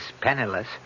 penniless